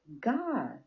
God